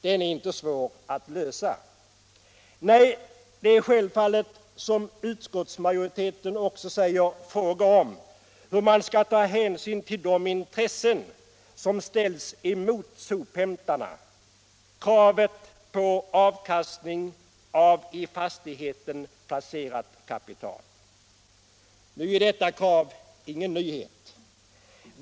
Den frågan är inte svår att lösa. Nej, det är självfallet, som utskottsmajoriteten också säger, fråga om hur man skall ta hänsyn till de intressen som ställs emot sophämtarna: kravet på avkastning av i fastigheten placerat kapital. Det kravet är ingen nyhet.